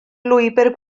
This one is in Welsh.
lwybr